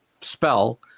spell